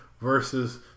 versus